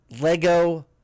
Lego